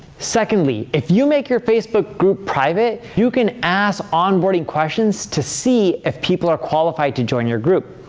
secondly, if you make your facebook group private, you can ask on-boarding questions to see if people are qualified to join your group.